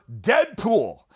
Deadpool